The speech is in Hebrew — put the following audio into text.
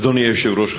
אדוני היושב-ראש,